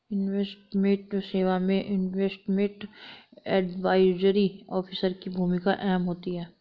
investment सेवा में investment advisory officer की भूमिका अहम होती है